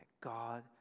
God